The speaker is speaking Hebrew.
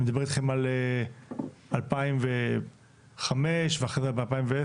אני מדבר אתכם על 2005 ואחרי זה ב-2010,